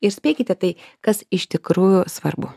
ir spėkite tai kas iš tikrųjų svarbu